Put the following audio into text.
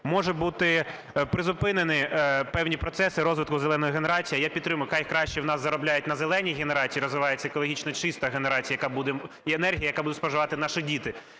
може бути призупинені певні процеси розвитку "зеленої" генерації. А я підтримую, хай краще у нас заробляють на "зеленій" генерації, розвивається екологічно чиста генерація, яка буде… і енергія, яку будуть споживати наші діти,